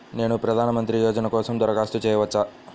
నేను ప్రధాన మంత్రి యోజన కోసం దరఖాస్తు చేయవచ్చా?